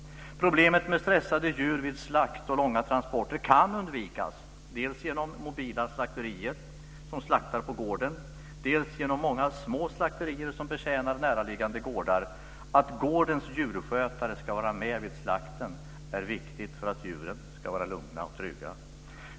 Problemet med stressade djur vid slakt och långa transporter kan undvikas dels genom mobila slakterier, som slaktar på gården, dels genom många små slakterier som betjänar näraliggande gårdar. Att gårdens djurskötare ska vara med vid slakten är viktigt för att djuren ska vara lugna och trygga.